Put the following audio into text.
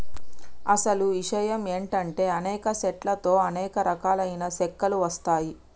అసలు ఇషయం ఏంటంటే అనేక సెట్ల తో అనేక రకాలైన సెక్కలు వస్తాయి